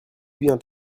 vient